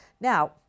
Now